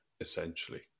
essentially